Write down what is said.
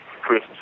Chris